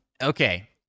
Okay